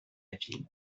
ville